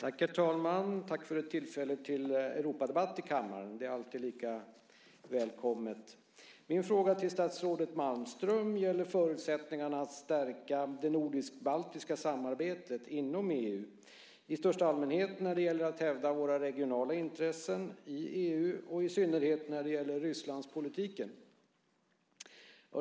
Herr talman! Tack för tillfället till Europadebatt i kammaren. Det är alltid lika välkommet. Min fråga till statsrådet Malmström gäller förutsättningarna att stärka det nordisk-baltiska samarbetet inom EU, i största allmänhet när det gäller att hävda våra regionala intressen i EU och i synnerhet när det gäller Rysslandspolitiken.